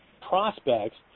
prospects